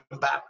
back